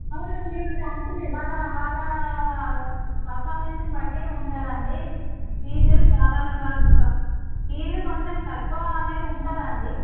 అవునండి మీ వాళ్ళ లాస్ట్కి వాళ్ళ వాళ్ళ పర్ఫార్మన్స్ బట్టి ఉంటుంది అండి ఫీజు వాళ్ళ వాళ్ళ ఫీజు కొంచెం తక్కువ అనేది ఉంటుంది అండి